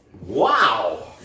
Wow